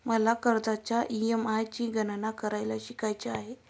मला कर्जाच्या ई.एम.आय ची गणना करायला शिकायचे आहे